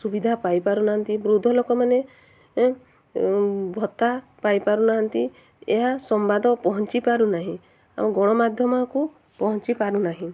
ସୁବିଧା ପାଇପାରୁ ନାହାନ୍ତି ବୃଦ୍ଧ ଲୋକମାନେ ଭତ୍ତା ପାଇପାରୁ ନାହାନ୍ତି ଏହା ସମ୍ବାଦ ପହଞ୍ଚିପାରୁ ନାହିଁ ଆଉ ଗଣମାଧ୍ୟମକୁ ପହଞ୍ଚିପାରୁ ନାହିଁ